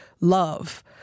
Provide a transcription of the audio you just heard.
love